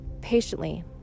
patiently